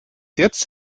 jetzt